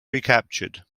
recaptured